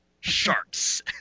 Sharks